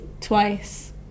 twice